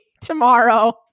tomorrow